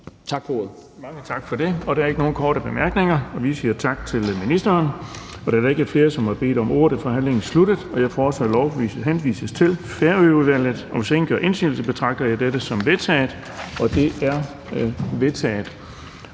Bonnesen): Mange tak for det. Der er ikke nogen korte bemærkninger, og vi siger tak til ministeren. Da der ikke er flere, som har bedt om ordet, er forhandlingen sluttet. Jeg foreslår, at lovforslaget henvises til Færøudvalget. Hvis ingen gør indsigelse, betragter jeg dette som vedtaget. Det er vedtaget.